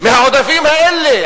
מהעודפים האלה,